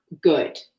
good